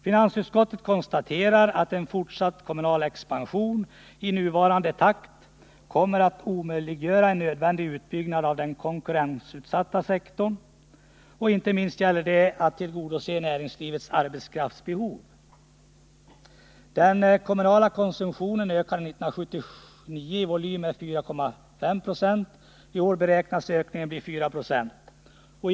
Finansutskottet konstaterar att en fortsatt kommunal expansion i nuvarande takt kommer att omöjliggöra en nödvändig utbyggnad av den konkurrensutsatta sektorn. Inte minst gäller det att tillgodose näringslivets arbetskraftsbehov. Den kommunala konsumtionen ökade 1979 i volym med 4,5 Jo. I år beräknas ökningen bli 4 96.